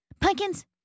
pumpkins